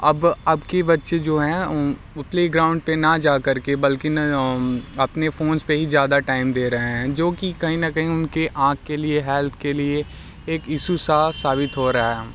अब अबकी बच्चे जो हैं उ प्लेग्राउंड पे ना जाकर के बल्कि अपने फ़ोंस पे ही ज़्यादा टाइम दे रहे हैं जोकि कहीं ना कहीं उनके आँख के लिए हैल्थ के लिए एक इस्सू सा साबित हो रहा है